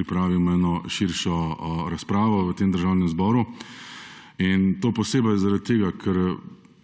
opravimo eno širšo razpravo v Državnem zboru; in to posebej zaradi tega, ker